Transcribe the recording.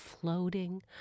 floating